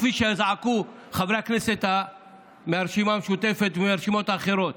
כפי שזעקו חברי הכנסת מהרשימה המשותפת והרשימות האחרות,